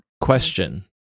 Question